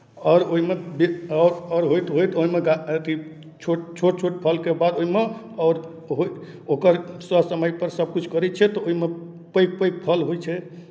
आओर ओहिमे बि आओर होइत होइत ओहिमे गा गाछ अथि छोट छोट छोट फलके बाद ओहिमे आओर होइत ओकर ससमयपर सभ किछु करै छियै तऽ ओहिमे पैघ पैघ फल होइ छै